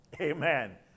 Amen